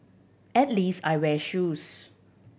at least I wear shoes